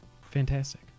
Fantastic